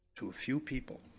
to a few people,